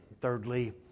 thirdly